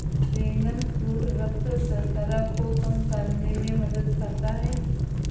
dragon fruit रक्त शर्करा को कम करने में मदद करता है